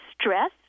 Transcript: stress